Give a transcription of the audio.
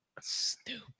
Stupid